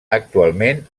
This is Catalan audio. actualment